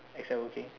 except working